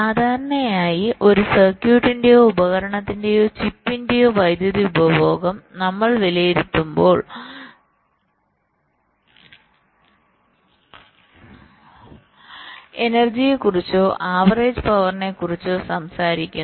സാധാരണയായി ഒരു സർക്യൂട്ടിന്റെയോ ഉപകരണത്തിന്റെയോ ചിപ്പിന്റെയോ വൈദ്യുതി ഉപഭോഗം നമ്മൾ വിലയിരുത്തുമ്പോൾ എനർജിയെക്കുറിച്ചോ ആവറേജ് പവറിനെക്കുറിച്ചോ സംസാരിക്കുന്നു